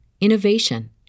innovation